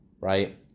right